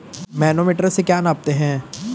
Manometer से क्या नापते हैं?